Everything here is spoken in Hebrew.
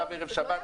עכשיו ערב שבת,